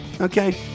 Okay